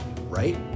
right